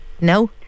No